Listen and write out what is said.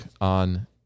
on